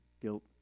Guilt